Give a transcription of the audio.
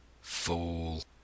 Fool